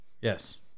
yes